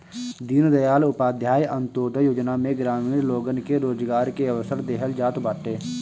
दीनदयाल उपाध्याय अन्त्योदय योजना में ग्रामीण लोगन के रोजगार के अवसर देहल जात बाटे